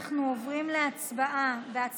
עודד פורר ואביגדור ליברמן.